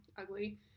ugly